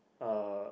uh